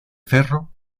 cerro